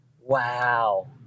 Wow